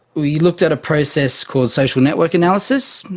we looked at a process called social network analysis,